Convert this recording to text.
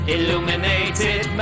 Illuminated